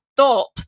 stop